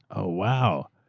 oh, wow.